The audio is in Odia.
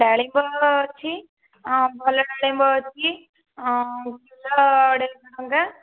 ଡ଼ାଳିମ୍ବ ଅଛି ଭଲ ଡ଼ାଳିମ୍ବ ଅଛି କିଲୋ ଅଢ଼େଇ ଶହ ଟଙ୍କା